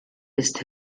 ist